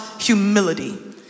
humility